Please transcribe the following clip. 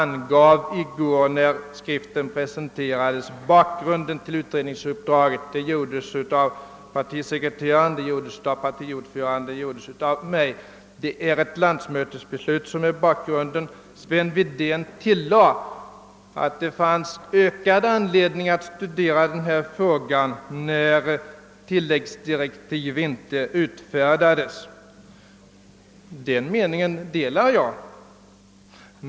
När skriften i går presenterades angav partisekreteraren, partiordföranden och jag bakgrunden till utredningsuppdraget, nämligen ett landsmötesbeslut. Sven Wedén tillade att det finns så mycket större anledning att studera frågan eftersom tilläggsdirektiv till KSA utredningen inte utfärdats, och den uppfattningen delar jag.